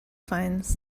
finds